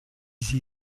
sie